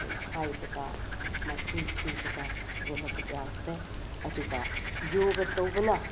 ꯑꯩꯈꯣꯏꯅ ꯍꯥꯏꯕꯗ ꯃꯁꯤꯡ ꯊꯤꯕꯗ ꯑꯁꯨꯛꯀꯤ ꯃꯇꯤꯛ ꯌꯥꯝꯈ꯭ꯔꯦ ꯑꯗꯨꯒ ꯌꯣꯒ ꯇꯧꯕꯅ